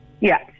Yes